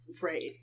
Right